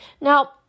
Now